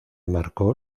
marcó